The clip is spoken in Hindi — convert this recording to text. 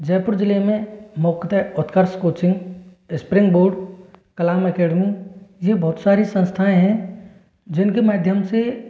जयपुर जिले में मुख्य Utkarsh coaching spring board Kalam academy यह बहुत सारी संस्थाएँ है जिनके माध्यम से